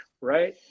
right